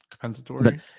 compensatory